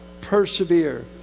persevere